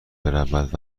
برود